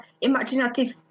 imaginative